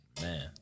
man